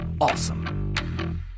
awesome